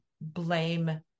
blame